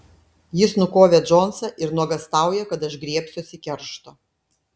jis nukovė džonsą ir nuogąstauja kad aš griebsiuosi keršto